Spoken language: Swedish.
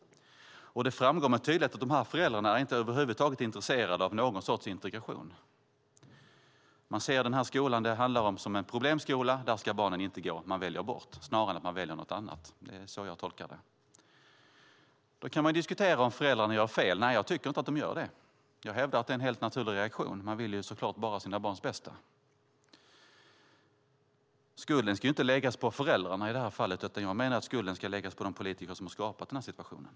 Det framgår med tydlighet att de här föräldrarna inte över huvud taget är intresserade av någon sorts integration. Man ser den skola det handlar om som en problemskola. Där ska barnen inte gå. Man väljer bort snarare än att man väljer något annat. Det är så jag tolkar det. Då kan man diskutera om föräldrarna gör fel. Nej, jag tycker inte att de gör det. Jag hävdar att det är en helt naturlig reaktion. Man vill så klart bara sina barns bästa. Skulden ska inte läggas på föräldrarna i det här fallet utan jag menar att skulden ska läggas på de politiker som har skapat den här situationen.